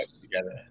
together